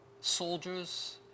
soldiers